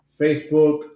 Facebook